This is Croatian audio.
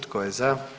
Tko je za?